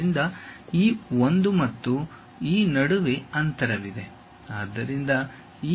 ಆದ್ದರಿಂದ ಈ ಒಂದು ಮತ್ತು ಈ ನಡುವೆ ಅಂತರವಿದೆ